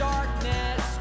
darkness